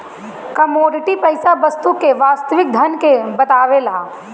commodity पईसा वस्तु के वास्तविक धन के बतावेला